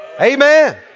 Amen